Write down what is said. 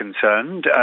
concerned